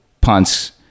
punts